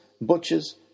butchers